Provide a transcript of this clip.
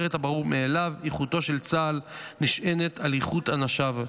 אומר את הברור מאליו: איכותו של צה"ל נשענת על איכות אנשיו.